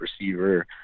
receiver